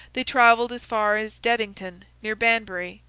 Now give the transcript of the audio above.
they travelled as far as dedington, near banbury,